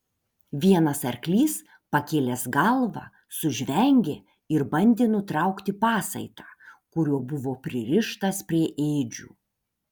vienas arklys pakėlęs galvą sužvengė ir bandė nutraukti pasaitą kuriuo buvo pririštas prie ėdžių